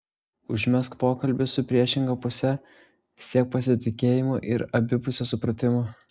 užmegzk pokalbį su priešinga puse siek pasitikėjimo ir abipusio supratimo